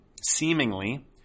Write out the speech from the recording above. seemingly